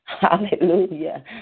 hallelujah